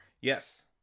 Yes